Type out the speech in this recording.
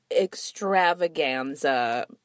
extravaganza